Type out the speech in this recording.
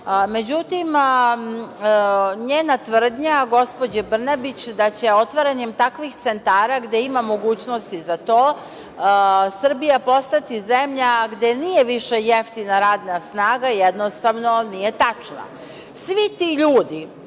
Međutim, njena tvrdnja, gospođe Brnabić, da će otvaranjem takvih centara, gde ima mogućnosti za to, Srbija postati zemlja gde nije više jeftina radna snaga jednostavno nije tačna. Svi ti ljudi